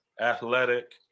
athletic